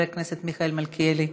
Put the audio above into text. חבר הכנסת מיכאל מלכיאלי,